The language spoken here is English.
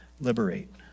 Liberate